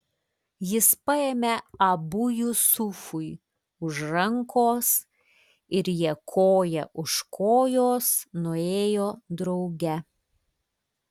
jis paėmė abu jusufui už rankos ir jie koja už kojos nuėjo drauge